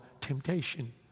temptation